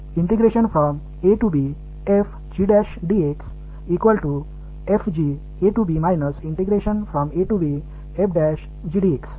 இது உயர்நிலைப் பள்ளியில் நீங்கள் பார்த்ததைப் போன்ற இன்டெக்ரல்ஸ்